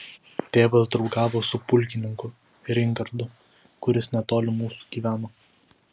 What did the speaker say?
tėvas draugavo su pulkininku reingardu kuris netoli mūsų gyveno